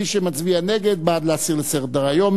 ומי שמצביע נגד הוא בעד להסיר מסדר-היום.